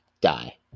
die